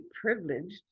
privileged